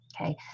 okay